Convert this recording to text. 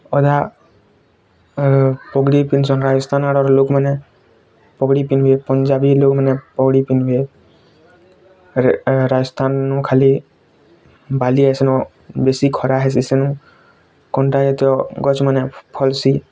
ଅଧା ପଗଡ଼ି ପିନ୍ଧୁଚନ୍ତି ରାଜସ୍ଥାନ ର ଲୋକମାନେ ପଗଡ଼ି ପିନ୍ଧିବେ ପଞ୍ଜାବୀ ହେଲେ ମାନେ ପଗଡ଼ି ପିନ୍ଧିବେ ରାଜସ୍ଥାନୁ ଖାଲି ବାଲିଆ ବେଶି ଖରା ହେସେନୁ କଣ୍ଟାୟିତ ଗଛ ମାନେ ଫଲସି